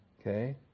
Okay